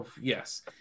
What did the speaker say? yes